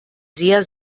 sehr